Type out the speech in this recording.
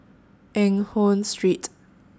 Eng Hoon Street